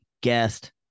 guest